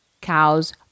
cows